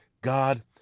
God